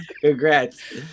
Congrats